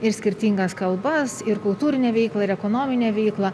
ir skirtingas kalbas ir kultūrinę veiklą ir ekonominę veiklą